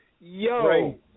Yo